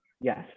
Yes